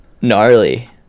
gnarly